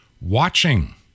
watching